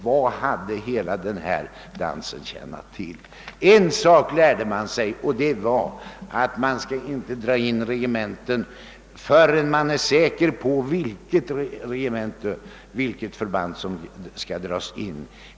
Vad har hela denna dans tjänat till? En sak lärde man sig, och det var att man inte skall dra in regementen förrän man är säker på vilket regemente som skall dras in.